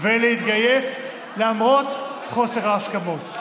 ולהתגייס למרות חוסר ההסכמות,